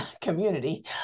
community